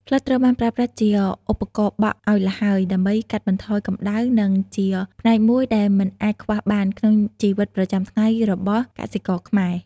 ផ្លិតត្រូវបានប្រើប្រាស់ជាឧបករណ៍បក់ឱ្យល្ហើយដើម្បីកាត់បន្ថយកម្ដៅ និងជាផ្នែកមួយដែលមិនអាចខ្វះបានក្នុងជីវិតប្រចាំថ្ងៃរបស់កសិករខ្មែរ។